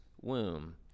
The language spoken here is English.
womb